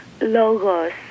Logos